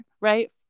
right